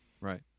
Right